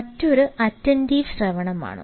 മറ്റൊന്ന് അറ്റെന്റിവ് ശ്രവണമാണ്